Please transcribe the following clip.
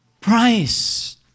price